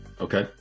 Okay